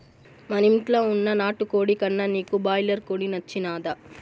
మనింట్ల వున్న నాటుకోడి కన్నా నీకు బాయిలర్ కోడి నచ్చినాదా